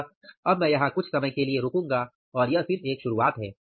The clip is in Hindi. इसलिए अब मैं यहां कुछ समय के लिए रुकूंगा और यह सिर्फ एक शुरुआत है